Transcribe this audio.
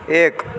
એક